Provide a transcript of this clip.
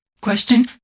Question